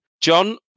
John